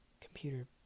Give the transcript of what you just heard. Computer